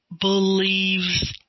believes